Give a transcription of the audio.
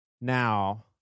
now